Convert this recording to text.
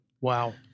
Wow